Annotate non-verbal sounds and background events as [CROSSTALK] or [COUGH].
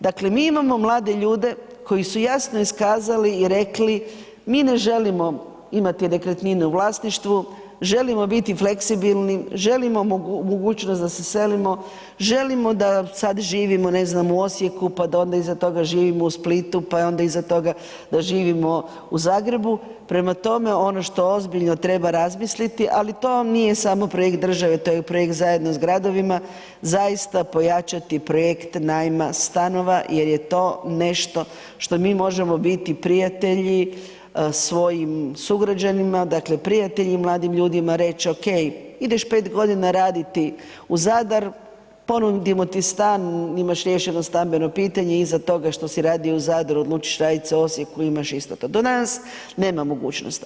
Dakle, mi imamo mlade ljude koji su jasno iskazali i rekli, mi ne želimo imati nekretnine u vlasništvu, želimo biti fleksibilni, želimo mogućnost da se selimo, želimo da sad živimo ne znam, u Osijeku, pa da onda iza toga živimo u Splitu, pa onda iza toga da živimo u Zagrebu, prema tome, ono što ozbiljno treba razmisliti, ali to nije samo projekt države, to je projekt zajedno s gradovima, zaista pojačati projekt najma stanova jer je to nešto što mi možemo biti prijatelji svojim sugrađanima, dakle, prijatelji mladim ljudima, reći, oke, ideš 5 godina raditi u Zadar, ponudimo ti stan, imaš riješeno stambeno pitanje, iza toga što si radio u Zadru, odlučit raditi u Osijeku, ... [UNINTELLIGIBLE] nema mogućnost.